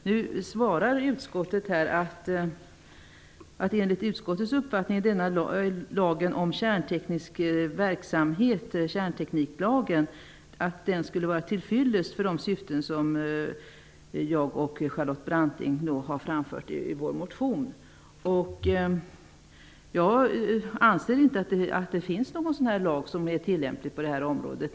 Nu svarar utskottet att enligt utskottets uppfattning är lagen om kärnteknisk verksamhet, kärntekniklagen, till fyllest för de syften som jag och Charlotte Branting har framfört i vår motion. Jag anser inte att det finns någon lag som är tillämplig på det här området.